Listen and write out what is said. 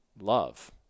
love